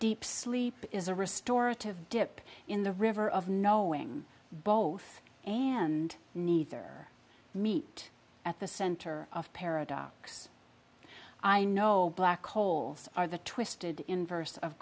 deep sleep is a restorer to dip in the river of knowing both and neither meet at the center of paradox i know black holes are the twisted inverse of